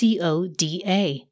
CODA